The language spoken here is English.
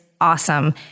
awesome